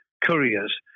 couriers